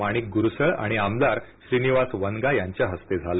माणिक गुरसळ आणि आमदार श्रीनिवास वनगा यांच्या हस्ते झालं